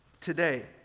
today